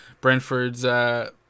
Brentford's